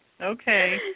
Okay